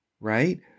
Right